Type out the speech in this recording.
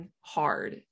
hard